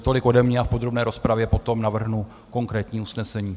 Tolik ode mě a v podrobné rozpravě potom navrhnu konkrétní usnesení.